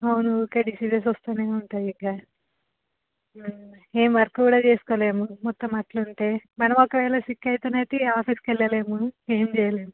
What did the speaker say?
అవును ఊరికే డిసీజెస్ వస్తూనే ఉంటాయి ఇంక ఏం వర్క్ కూడా చేసుకోలేము మొత్తం అలాఅంటే మనం ఒక వేళ సిక్ అయితే ఆఫీస్కి వెళ్ళలేము ఏం చేయలేం